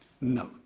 No